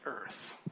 Earth